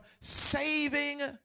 saving